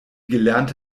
gelernte